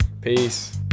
Peace